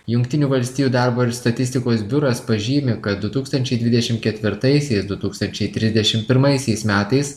jungtinių valstijų darbo ir statistikos biuras pažymi kad du tūkstančiai dvidešim ketvirtaisiais du tūkstančiai trisdešim pirmaisiais metais